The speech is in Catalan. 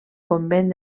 convent